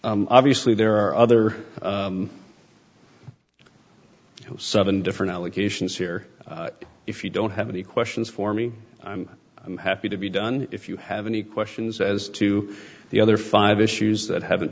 you obviously there are other seven different allegations here if you don't have any questions for me i'm happy to be done if you have any questions as to the other five issues that have